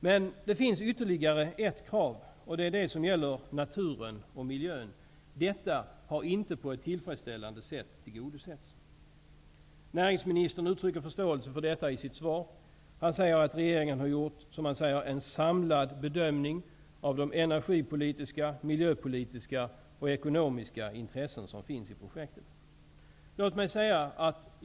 Men det finns ytterligare ett krav, och det gäller naturen och miljön. Detta har inte på ett tillfredsställande sätt tillgodosetts. Näringsministern uttrycker förståelse för detta i sitt svar. Han säger att regeringen har gjort ''en samlad bedömning av de energipolitiska, miljöpolitiska och ekonomiska intressen som finns i projektet''.